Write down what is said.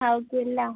हो केला